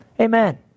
Amen